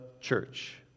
church